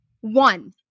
One